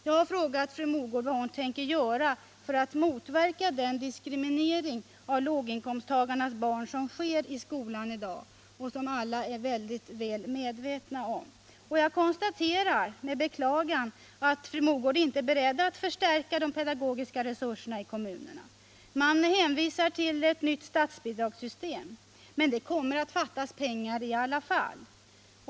Jag har frågat fru Mogård vad hon tänker göra för att motverka den diskriminering av låginkomsttagarnas barn som sker i skolan och som alla är väldigt väl medvetna om. Jag konstaterar med beklagande att fru Mogård inte är beredd att förstärka kommunernas ekonomiska resurser. Man hänvisar till ett nytt statsbidragssystem, men det kommer att fattas pengar i alla fall.